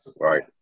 Right